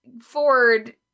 Ford